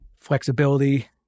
flexibility